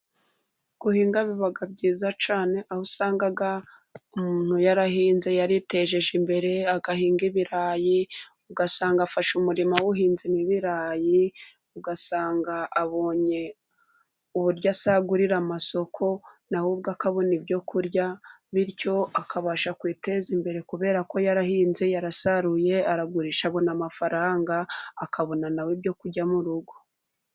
Guhinga biba byiza cyane aho usanga umuntu yarahinze yaritejeje imbere ,agahinga ibirayi ,ugasanga afashe umurima awuhinzemo ibirayi, ugasanga abonye uburyo asagurira amasoko ,na we ubwe akabona ibyo kurya bityo akabasha kwiteza imbere kubera ko yarahinze ,yarasaruye ,aragurisha abona amafaranga ,akabona na we ibyo kujya mu rugo.